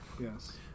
Yes